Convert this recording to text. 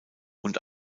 und